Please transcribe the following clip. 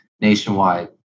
nationwide